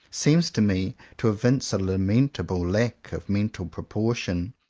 seems to me to evince a lamentable lack of mental propor tion.